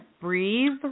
breathe